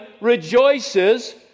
rejoices